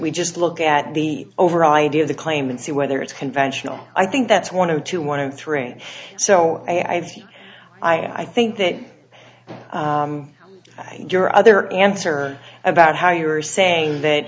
we just look at the overall idea of the claim and see whether it's conventional i think that's one of two one of three and so i think i think that your other answer about how you are saying that